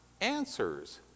answers